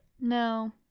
no